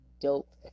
dope